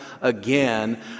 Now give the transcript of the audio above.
again